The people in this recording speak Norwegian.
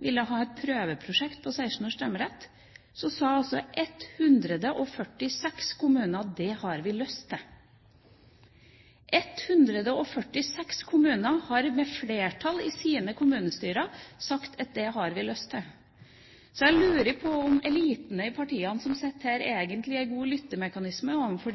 det hadde de lyst til. 146 kommuner har med flertall i sine kommunestyrer sagt at det har de lyst til. Så jeg lurer på om elitene i partiene som sitter her, egentlig har en god lyttemekanisme overfor